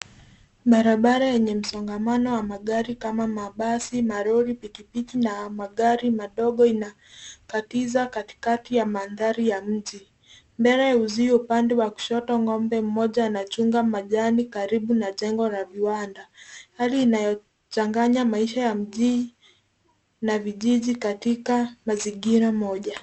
Barabara yenye msongamano wa magari kama: mabasi, malori, pikipiki na magari madogo inakatiza katikati ya mandhari ya mji. Mbele, uzio upande wa kushoto ng'ombe mmoja anachunga majani karibu na jengo la viwanda. Hali inayochanganya maisha ya mji na vijiji katika mazingira moja.